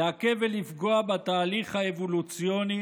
לעכב ולפגוע בתהליך האבולוציוני